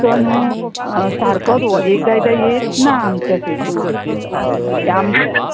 तो न्हू सारको एकदां एकदां येच ना आमच्या थंयसून आमच्या